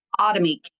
automate